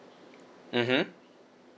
mmhmm